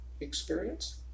experience